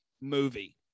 movie